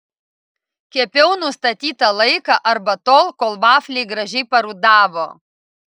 kepiau nustatytą laiką arba tol kol vafliai gražiai parudavo